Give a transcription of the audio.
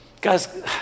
Guys